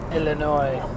Illinois